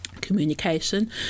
communication